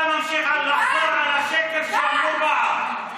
אתה ממשיך לחזור על השקר שאמרו פעם.